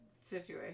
situation